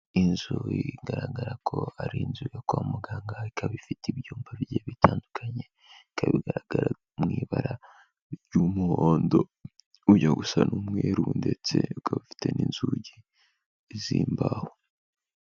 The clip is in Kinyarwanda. Inzu igaragara ko ari inzu yo kwa muganga ikaba ifite ibyumba bitandukanye, ikaba igaragara mu ibara ry'umuhondo ujya gusa n'umweru ndetse ukaba ufite n'inzugi z'imbaho.